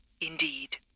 indeed